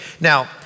now